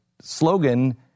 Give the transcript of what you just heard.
slogan